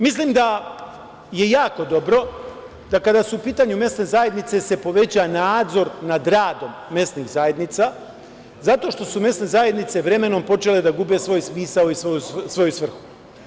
Mislim da je jako dobro da, kada su u pitanju mesne zajednice, se poveća nadzor nad radom mesnih zajednica, zato što su mesne zajednice vremenom počele da gube svoj smisao i svoju svrhu.